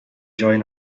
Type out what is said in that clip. join